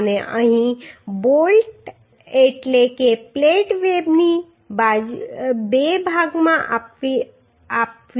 અને અહીં બોલ્ટ એટલે કે પ્લેટ વેબની બે ભાગમાં આપવી જોઈએ